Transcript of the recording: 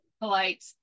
polite